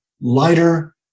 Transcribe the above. lighter